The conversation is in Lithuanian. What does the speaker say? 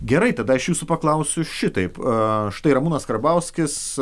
gerai tada aš jūsų paklausiu šitaip a štai ramūnas karbauskis